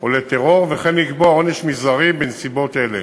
או לטרור, וכן לקבוע עונש מזערי בנסיבות אלה,